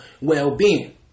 well-being